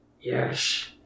yes